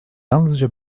yalnızca